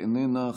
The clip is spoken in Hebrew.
איננה,